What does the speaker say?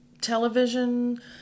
television